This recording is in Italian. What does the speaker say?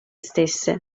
stesse